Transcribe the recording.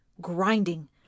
grinding